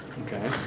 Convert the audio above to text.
Okay